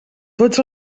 tots